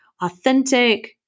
authentic